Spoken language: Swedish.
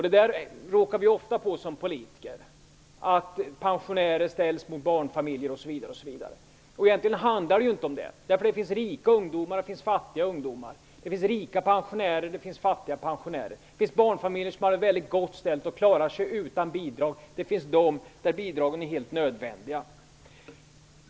Det är något som vi som politiker ofta råkar ut för - pensionärer ställs mot barnfamiljer osv. Men egentligen är det ju inte det som frågan handlar om. Det finns nämligen rika ungdomar och fattiga ungdomar, det finns rika pensionärer och fattiga pensionärer, det finns barnfamiljer som har det väldigt gott ställt och klarar sig utan bidrag och det finns barnfamiljer för vilka bidragen är helt nödvändiga.